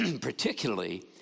particularly